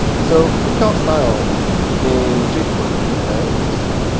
so recalc style in jquery ok, interesting.